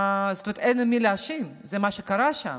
אין את מי להאשים, זה מה שקרה שם.